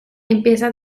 empieza